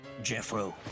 Jeffro